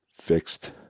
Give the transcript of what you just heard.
fixed